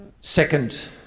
second